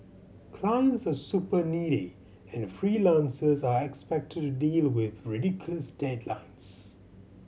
clients are super needy and freelancers are expected to deal with ridiculous deadlines